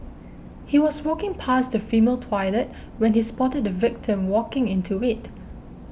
he was walking past the female toilet when he spotted the victim walking into it